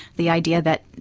the idea that,